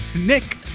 Nick